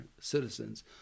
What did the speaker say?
citizens